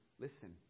listen